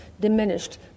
diminished